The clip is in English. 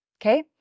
okay